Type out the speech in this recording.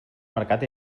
mercat